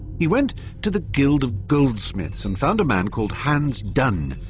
he went to the guild of goldsmiths, and found a man called hans dunne.